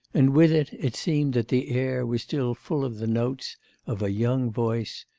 and with it, it seemed that the air was still full of the notes of a young voice,